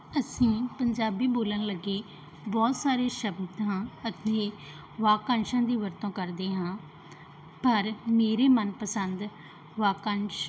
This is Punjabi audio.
ਅਸੀਂ ਪੰਜਾਬੀ ਬੋਲਣ ਲੱਗੇ ਬਹੁਤ ਸਾਰੇ ਸ਼ਬਦਾਂ ਅਤੇ ਵਾਕੰਸ਼ਾਂ ਦੀ ਵਰਤੋਂ ਕਰਦੇ ਹਾਂ ਪਰ ਮੇਰੇ ਮਨਪਸੰਦ ਵਾਕੰਸ਼